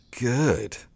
good